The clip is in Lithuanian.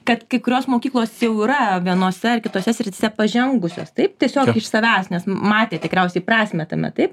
kad kai kurios mokyklos jau yra vienose ar kitose srityse pažengusios taip tiesiog iš savęs nes matė tikriausiai prasmę tame taip